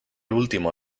último